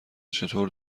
چطور